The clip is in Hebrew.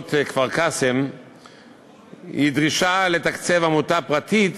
קורבנות כפר-קאסם היא דרישה לתקצב עמותה פרטית